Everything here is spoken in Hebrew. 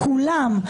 כולם.